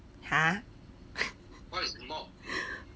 !huh!